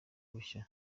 bushya